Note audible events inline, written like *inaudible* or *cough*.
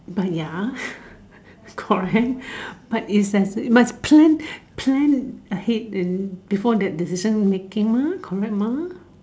but ya *breath* correct but if there must plan plan ahead in before that decision making mah correct mah